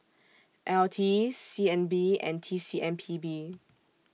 L T C N B and T C M P B